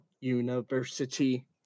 University